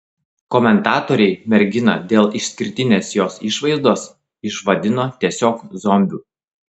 komentatoriai merginą dėl išskirtinės jos išvaizdos išvadino tiesiog zombiu